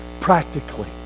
practically